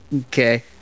okay